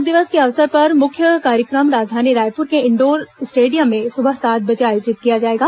योग दिवस के अवसर पर मुख्य कार्यक्रम राजधानी रायपुर के इंडोर स्टेडियम में सुबह सात बजे आयोजित किया जाएगा